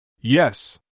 Yes